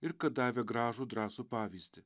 ir kad davė gražų drąsų pavyzdį